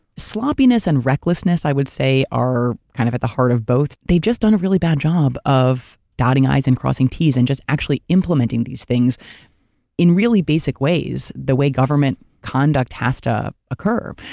sloppiness and recklessness, i would say are kind of at the heart of both. they've just done a really bad job of dotting i's and crossing t's and just actually implementing these things in really basic ways the way government conduct has to occur.